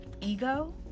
ego